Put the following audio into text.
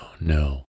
no